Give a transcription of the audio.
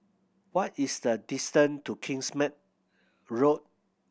what is the distance to Kingsmead Road